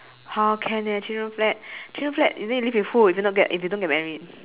how can eh three room flat three room flat is it live with who if you don't you don't get married